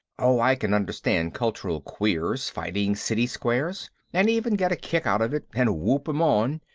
oh, i can understand cultural queers fighting city squares and even get a kick out of it and whoop em on,